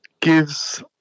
gives